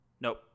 Nope